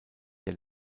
der